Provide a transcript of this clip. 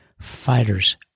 fighters